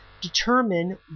determine